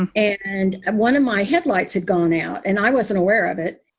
and and and one of my headlights had gone out and i wasn't aware of it.